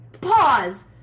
Pause